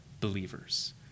believers